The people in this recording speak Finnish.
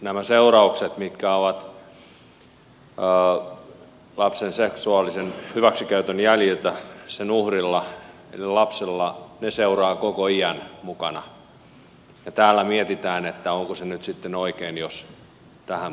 nämä seuraukset mitkä ovat lapsen seksuaalisen hyväksikäytön jäljiltä sen uhrilla eli lapsella seuraavat koko iän mukana ja täällä mietitään onko se nyt sitten oikein jos tähän puututaan